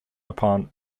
upon